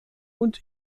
und